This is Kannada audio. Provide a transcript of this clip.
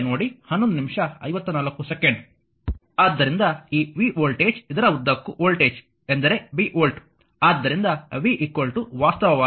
ಆದ್ದರಿಂದ ಈ v ವೋಲ್ಟೇಜ್ ಇದರ ಉದ್ದಕ್ಕೂ ವೋಲ್ಟೇಜ್ ಎಂದರೆ v ವೋಲ್ಟ್